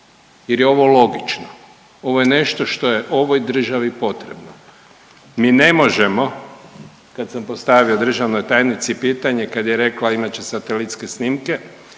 jer je ovo logično, ovo je nešto što je ovoj državi potrebno. Mi ne možemo kad sam postavio državnoj tajnici pitanje kad je rekla imat će satelitske snimke,